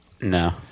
No